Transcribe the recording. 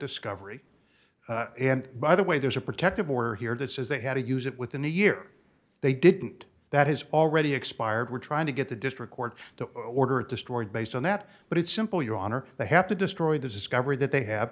discovery and by the way there's a protective order here that says they had to use it within a year they didn't that has already expired we're trying to get the district court to order it the story based on that but it's simple your honor they have to destroy the discovery that they have